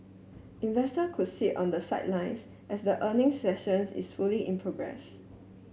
investor could sit on the sidelines as the earning sessions is fully in progress